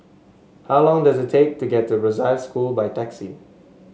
how long does it take to get to by taxi